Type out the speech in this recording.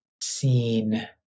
seen